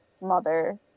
mother